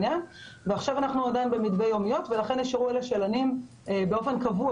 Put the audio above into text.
עכשיו אנחנו עדיין במתווה יומיות ולכן נשארו אלה שלנים באופן קבוע,